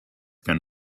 can